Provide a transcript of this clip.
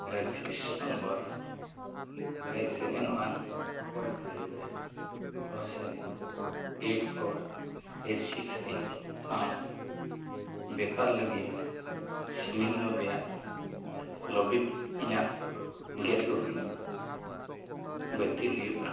reference number seven one four five four seven eight four eight six eight ᱥᱟᱶ ᱵᱮᱯᱟᱨ ᱞᱟᱹᱜᱤᱫ cylinder ᱨᱮᱭᱟᱜ ᱞᱟᱹᱜᱤᱫ ᱤᱧᱟᱹᱜ ᱜᱮᱥ ᱵᱩᱠᱤᱝ ᱵᱟᱹᱛᱤᱞ ᱦᱩᱭᱩᱜᱼᱟ